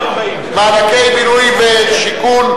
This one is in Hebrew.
מענקי בינוי ושיכון,